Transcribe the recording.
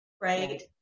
right